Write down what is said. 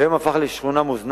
היום השטח הפך לשכונה מוזנחת,